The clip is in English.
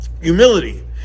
humility